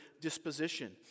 disposition